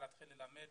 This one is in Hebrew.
להתחיל ללמד,